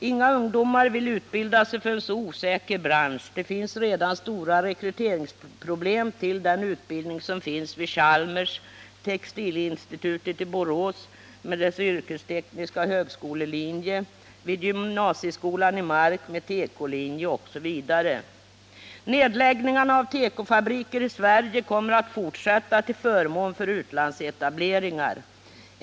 Inga ungdomar vill utbilda sig för en så osäker bransch. Det finns redan stora rekryteringsproblem till den utbildning som finns vid Chalmers, textilinstitutet i Borås med dess yrkestekniska högskolelinje, gymnasieskolan i Mark med tekolinje osv. Nedläggningarna av tekofabriker i Sverige kommer att fortsätta till förmån för utlandsetableringar.